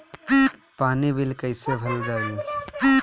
पानी बिल कइसे भरल जाई?